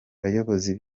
bayobozi